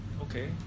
okay